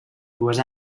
dues